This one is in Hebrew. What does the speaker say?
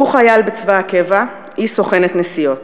הוא חייל בצבא הקבע, היא סוכנת נסיעות.